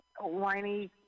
Whiny